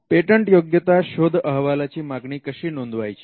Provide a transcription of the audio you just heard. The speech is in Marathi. पेटंटयोग्यता शोध अहवालाची मागणी कशी नोंदवायची